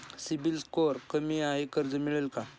CIBIL score कमी आहे कर्ज मिळेल का?